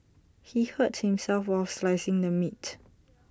he hurt himself while slicing the meat